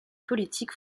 politique